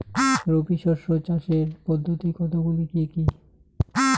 রবি শস্য চাষের পদ্ধতি কতগুলি কি কি?